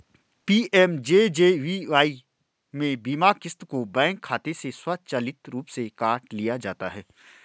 PMJJBY में बीमा क़िस्त को बैंक खाते से स्वचालित रूप से काट लिया जाता है